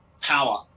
power